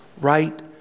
right